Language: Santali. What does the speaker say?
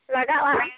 ᱞᱟᱜᱟᱜᱼᱟ